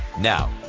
Now